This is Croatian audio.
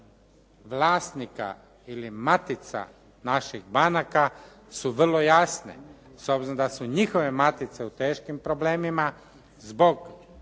vlasnika ili matica naših banaka su vrlo jasne. S obzirom da su njihove matice u teškim problemima zbog